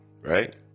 right